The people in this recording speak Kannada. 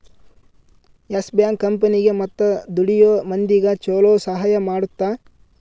ಎಸ್ ಬ್ಯಾಂಕ್ ಕಂಪನಿಗೇ ಮತ್ತ ದುಡಿಯೋ ಮಂದಿಗ ಚೊಲೊ ಸಹಾಯ ಮಾಡುತ್ತ